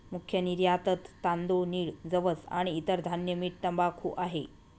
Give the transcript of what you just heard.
मुख्य निर्यातत तांदूळ, नीळ, जवस आणि इतर धान्य, मीठ, तंबाखू आहे